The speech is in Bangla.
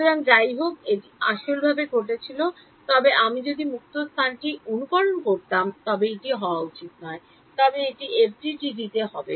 সুতরাং যাই হোক এটি আসলভাবে ঘটেছিল তবে আমি যদি মুক্ত স্থানটি অনুকরণ করতাম তবে এটি হওয়া উচিত নয় তবে এটি এফডিটিডি তে হবে